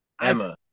Emma